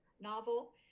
novel